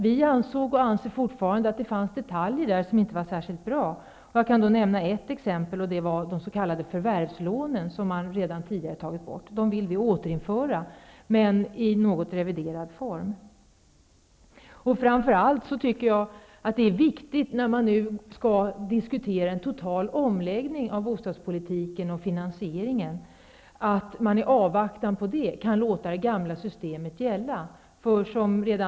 Vi ansåg och anser fortfarande att det där fanns detaljer som inte var särskilt bra. Jag kan nämna att vi vill återinföra de s.k. förvärvslånen, som man redan tidigare tagit bort, i något reviderad form. När man nu skall diskutera en total omläggning av bostadspolitiken och finansieringen tycker jag att det är viktigt att man låter det gamla systemet gälla i avvaktan på det.